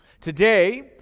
Today